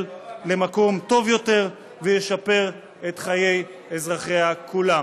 למקום טוב יותר וישפרו את חיי אזרחיה כולם.